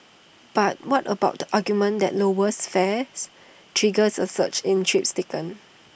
but what about the argument that lowers fares triggers A surge in trips taken